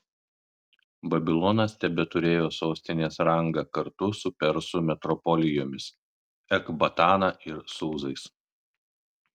babilonas tebeturėjo sostinės rangą kartu su persų metropolijomis ekbatana ir sūzais